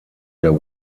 der